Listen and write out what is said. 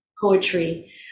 poetry